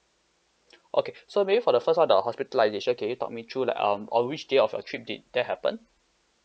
okay so maybe for the first one the hospitalisation can you talk me through like um on which day of your trip did that happened